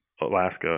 Alaska